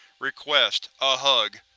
request a hug.